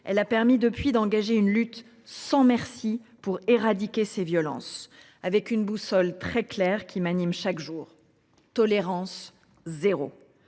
Elle a permis depuis d'engager une lutte sans merci pour éradiquer ces violences avec une boussole très Claire qui m'anime chaque jour tolérance 0.